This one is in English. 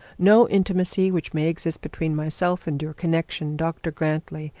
no intimacy which may exist between myself and your connection, dr grantly,